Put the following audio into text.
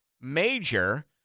major